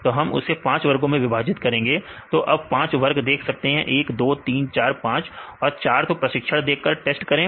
तो हम उसे 5 वर्गों में विभाजित करेंगे तो तो अब 5 वर्ग देख सकते हैं 1 2 3 4 5 और 4 तो प्रशिक्षण देकर टेस्ट करें